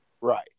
Right